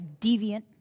deviant